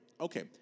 Okay